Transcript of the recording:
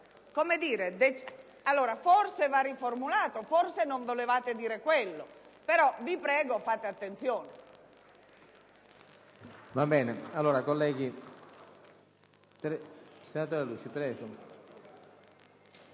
Forse va riformulato, forse non volevate dire questo, ma vi prego fate attenzione.